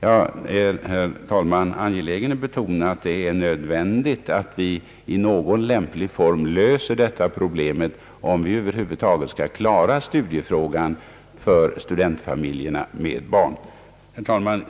Jag är, herr talman, angelägen att betona att det är nödvändigt att vi i någon lämplig form löser problemet, om vi över huvud taget skall klara studiefrågan för studerandefamiljer med barn. Herr talman!